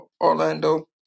Orlando